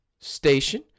station